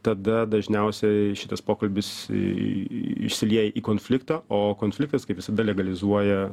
tada dažniausiai šitas pokalbis išsilieja į konfliktą o konfliktas kaip visada legalizuoja